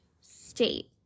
state